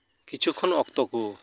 ᱠᱤᱪᱷᱩ ᱠᱷᱚᱱ ᱚᱠᱛᱚ ᱠᱚ